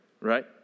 right